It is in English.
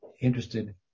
interested